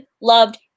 loved